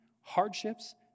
hardships